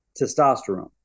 testosterone